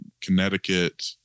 Connecticut